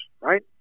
right